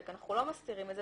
אנחנו לא מסתירים את זה,